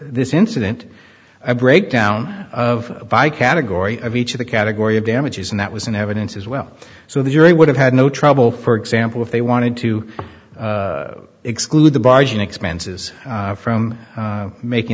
this incident i breakdown of by category of each of the category of damages and that was in evidence as well so the jury would have had no trouble for example if they wanted to exclude the bargain expenses from making